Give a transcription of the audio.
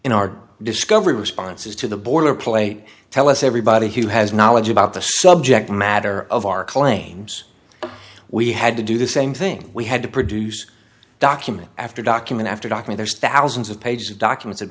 in our discovery responses to the border play tell us everybody who has knowledge about the subject matter of our claims we had to do the same thing we had to produce document after document after talking there's thousands of pages of document